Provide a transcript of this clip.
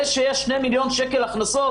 זה שיש 2 מיליון שקל הכנסות,